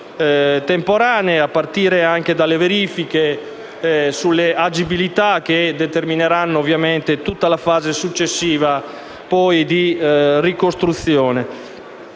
a partire anche dalle verifiche sulle agibilità che determineranno la fase successiva della ricostruzione.